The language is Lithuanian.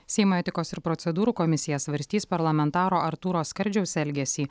seimo etikos ir procedūrų komisija svarstys parlamentaro artūro skardžiaus elgesį